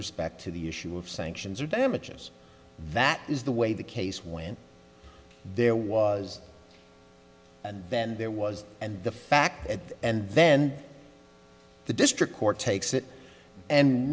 respect to the issue of sanctions or damages that is the way the case went there was and then there was and the fact that and then the district court takes it and